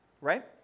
Right